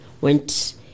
went